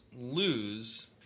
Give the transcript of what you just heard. lose